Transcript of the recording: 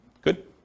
Good